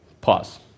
pause